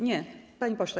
Nie, panie pośle.